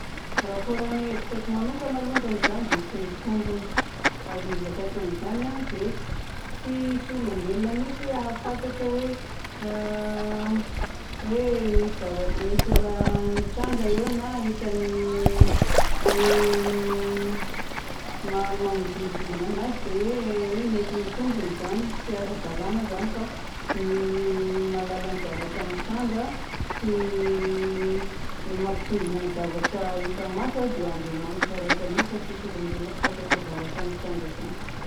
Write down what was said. Raha kôran'ny hevitrako manokagna alongany zany dia tsy mitombina. Azon'ny izakaiko an'izany a dia tsisy olombelogna mihitsy hahafantatra hoe hoe misy zavatra- misy raha mitranga eo na hitany hoe ma- manodidididina anazy dia hoe mety mitombina zany. Tsy ara-dalàna zany fa ny mahalala ny zavatra mitranga sy mampitombina ny zavatra hita maso a dia Andriamanitra raika mi fa tsisy olombelogna hahafantatra zavatra mitranga zany.